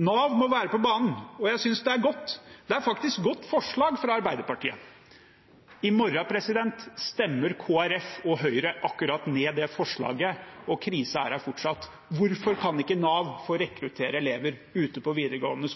«Nav må være på banen. Jeg synes det er et godt forslag fra Arbeiderpartiet.» I morgen stemmer Kristelig Folkeparti og Høyre ned akkurat det forslaget, og krisen er her fortsatt. Hvorfor kan ikke Nav få rekruttere elever ute på videregående